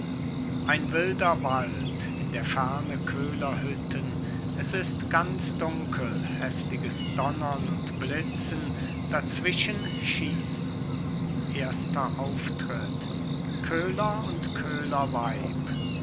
ein wilder wald in der ferne köhlerhütten es ist ganz dunkel heftiges donnern und blitzen dazwischen schießen erster auftritt köhler und köhlerweib